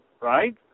right